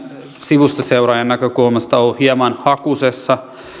sivusta seuraajan näkökulmasta ollut hieman hakusessa